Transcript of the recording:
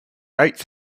eighth